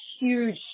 huge